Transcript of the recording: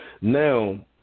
Now